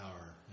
power